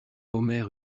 omer